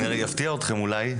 אני אפתיע אותכם אולי,